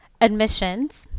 admissions